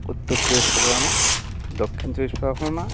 উত্তর চব্বিশ পরগনা দক্ষিণ চব্বিশ পরগনা